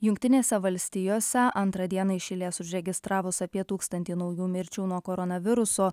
jungtinėse valstijose antrą dieną iš eilės užregistravus apie tūkstantį naujų mirčių nuo koronaviruso